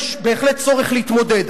יש בהחלט צורך להתמודד,